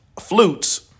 flutes